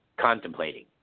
contemplating